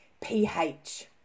pH